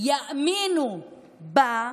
יאמינו בה,